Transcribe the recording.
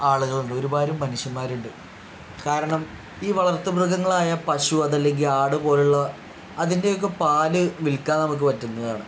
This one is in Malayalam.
ആളുകൾ ഉണ്ട് ഒരുപാട് മനുഷ്യന്മാരുണ്ട് കാരണം ഈ വളർത്ത് മൃഗങ്ങളായ പശു അത് അല്ലെങ്കിൽ ആട് പോലുള്ള അതിൻ്റെ ഒക്കെ പാൽ വിൽക്കാൻ നമുക്ക് പറ്റുന്നതാണ്